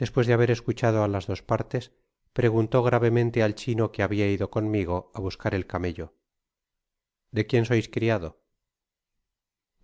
despues de haber escuchado á las dos partes preguntó gravemente al chino que habia ido conmigo á á buscar el camello de quién sois criado